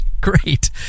great